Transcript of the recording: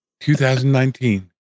2019